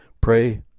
Pray